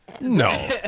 No